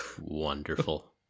Wonderful